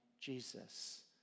Jesus